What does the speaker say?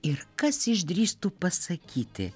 ir kas išdrįstų pasakyti